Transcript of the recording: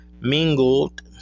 mingled